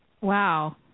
Wow